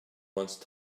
once